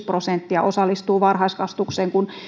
prosenttia osallistuu varhaiskasvatukseen kun